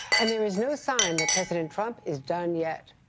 and there is no sign that president trump is done yet.